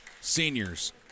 seniors